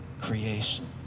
creation